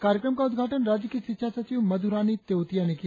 कार्यक्रम का उद्घाटन राज्य की शिक्षा सचिव मधु रानी तेओतिया ने किया